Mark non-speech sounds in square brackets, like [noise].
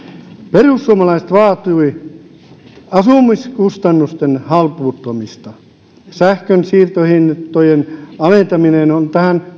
perussuomalaiset vaativat asumiskustannusten halpuuttamista sähkönsiirtohintojen alentaminen on tähän [unintelligible]